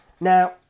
now